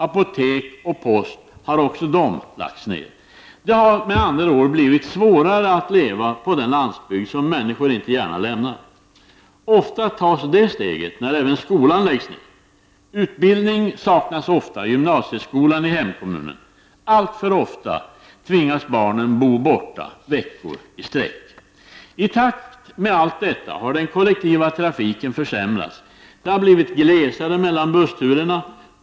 Apotek och post har lagts ned. Det har med andra ord blivit svårare att leva på den landsbygd som människor inte gärna lämnar. Ofta tas det steget när även skolan läggs ned. Utbildning saknas ofta i gymnasieskolan i hemkommunen. Alltför ofta tvingas barnen bo borta veckor i sträck. I takt med allt detta har den kollektiva trafiken försämrats. Det har blivit glesare mellan bussturerna.